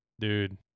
Dude